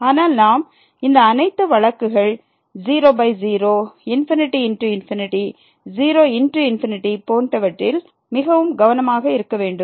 ஆனால் நாம் இந்த அனைத்து வழக்குகள் 00 ∞×∞ 0×∞ போன்றவற்றில் மிகவும் கவனமாக இருக்க வேண்டும்